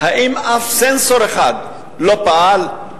האם אף סנסור אחד לא פעל?